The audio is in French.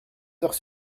heures